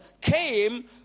came